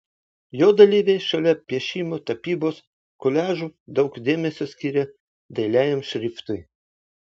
jo dalyviai šalia piešimo tapybos koliažų daug dėmesio skiria dailiajam šriftui